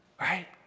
right